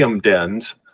dens